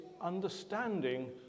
understanding